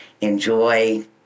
enjoy